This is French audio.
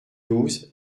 douze